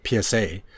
PSA